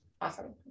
Awesome